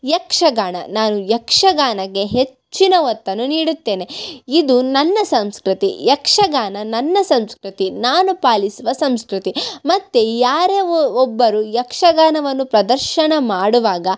ಯಕ್ಷಗಾನ ನಾನು ಯಕ್ಷಗಾನಕ್ಕೆ ಹೆಚ್ಚಿನ ಒತ್ತನ್ನು ನೀಡುತ್ತೇನೆ ಇದು ನನ್ನ ಸಂಸ್ಕೃತಿ ಯಕ್ಷಗಾನ ನನ್ನ ಸಂಸ್ಕೃತಿ ನಾನು ಪಾಲಿಸುವ ಸಂಸ್ಕೃತಿ ಮತ್ತು ಯಾರೇ ಒಬ್ಬರು ಯಕ್ಷಗಾನವನ್ನು ಪ್ರದರ್ಶನ ಮಾಡುವಾಗ